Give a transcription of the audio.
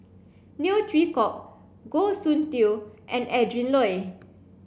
Neo Chwee Kok Goh Soon Tioe and Adrin Loi